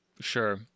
Sure